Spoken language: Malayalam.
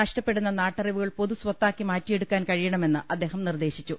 നഷ്ടപ്പെടുന്ന നാട്ടറിവുകൾ പൊതു സ്വത്താക്കി മാറ്റിയെടുക്കാൻ കഴിയണമെന്ന് അദ്ദേ ഹം നിർദേശിച്ചു